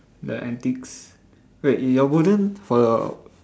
the antiques wait your wooden for your